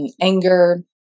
anger